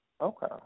Okay